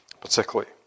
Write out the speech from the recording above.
particularly